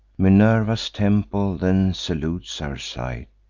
minerva's temple then salutes our sight,